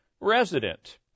resident